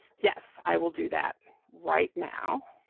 yes, i will do that right now,